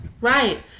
Right